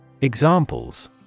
Examples